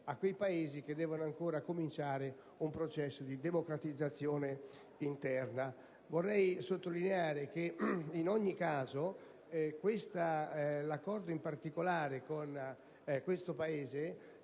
a quei Paesi che debbono ancora avviare un processo di democratizzazione interna. Vorrei sottolineare, in ogni caso, che in particolare l'Accordo con questo Paese